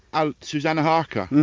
oh susanna harker?